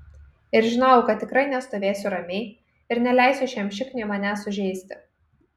ir žinojau kad tikrai nestovėsiu ramiai ir neleisiu šiam šikniui manęs sužeisti